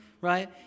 right